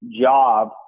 job